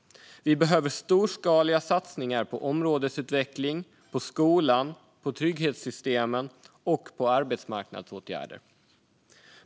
Det behövs storskaliga satsningar på områdesutveckling, skola, trygghetssystem och arbetsmarknadsåtgärder.